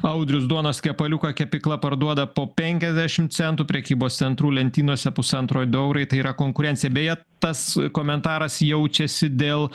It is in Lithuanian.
audrius duonos kepaliuką kepykla parduoda po penkiasdešim centų prekybos centrų lentynose pusantro ir du eurai tai yra konkurencija beje tas komentaras jaučiasi dėl